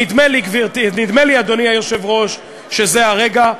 נדמה לי, אדוני היושב-ראש, שזה הרגע.